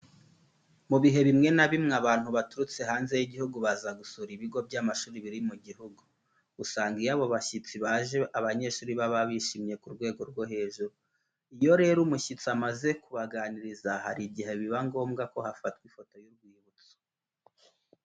Mu bihe bimwe na bimwe abantu baturutse hanze y'igihugu baza gusura ibigo by'amashuri biri mu gihugu. Usanga iyo abo bashyitsi baje abanyeshuri baba bashimiye ku rwego rwo hejuru. Iyo rero umushyitsi amaze kubaganirirza hari igihe biba ngombwa ko hafatwa ifoto y'urwibutso.